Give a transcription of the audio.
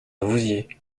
vouziers